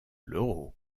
l’euro